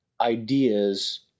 ideas